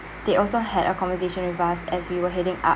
they also had a conversation with us as we were heading up